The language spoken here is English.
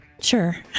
Sure